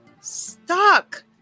stuck